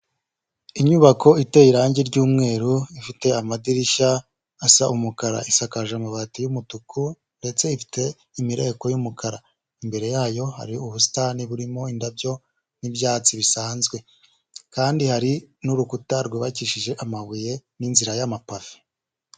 Inyubako iteye irangi ry'umweru ifite amadirishya asa umukara, isakaje amabati y'umutuku ndetse ifite imirako y'umukara, imbere yayo hari ubusitani burimo indabyo n'ibyatsi bisanzwe, kandi hari n'urukuta rwubakishije amabuye n'inzira y'amapave.